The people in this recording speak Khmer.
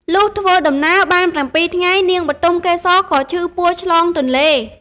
លុះធ្វើដំណើរបាន ៧ ថ្ងៃ នាងបុទមកេសរក៏ឈឺពោះឆ្លងទន្លេ។